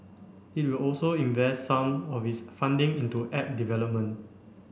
it will also invest some of its funding into app development